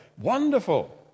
Wonderful